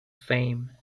fame